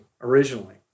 originally